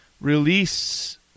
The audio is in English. release